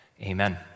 Amen